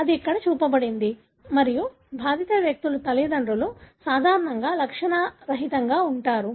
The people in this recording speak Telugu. అది ఇక్కడ చూపబడింది మరియు బాధిత వ్యక్తుల తల్లిదండ్రులు సాధారణంగా లక్షణరహితంగా ఉంటారు